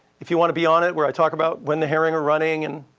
if you want to be on it, where i talk about when the herring are running and